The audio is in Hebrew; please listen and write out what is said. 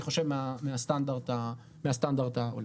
מהסטנדרט האירופאי.